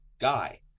guy